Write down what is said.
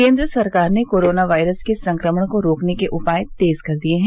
केन्द्र सरकार ने कोरोना वायरस के संक्रमण को रोकने के उपाय तेज कर दिए हैं